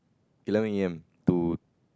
eleven A_M to